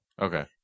Okay